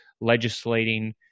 legislating